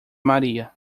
maria